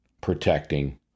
protecting